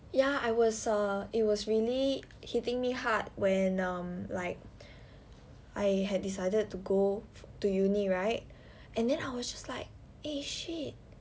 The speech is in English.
ya I was uh it was really hitting me hard when um like I had decided to go to uni right and then I was just like eh shit